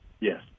Yes